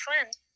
friends